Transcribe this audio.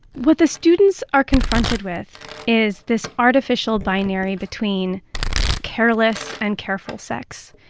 what the students are confronted with is this artificial binary between careless and careful sex.